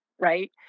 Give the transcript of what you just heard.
right